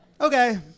Okay